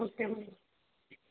okay madam